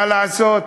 מה לעשות.